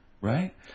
Right